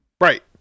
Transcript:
Right